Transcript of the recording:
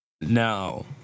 No